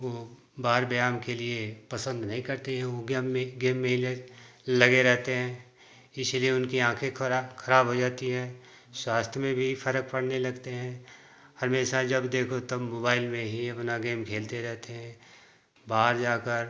वह बाहर व्यायाम के लिए पसंद नहीं करते हैं वह गेम में गेम में ही ले लगे रहते हैं इसीलिए उनकी आँखें खरा खराब हो जाती हैं स्वास्थ्य में भी फ़रक पड़ने लगते हैं हमेशा जब देखो तब मोबाइल में ही अपना गेम खेलते रहते हैं बाहर जाकर